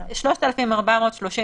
3,432,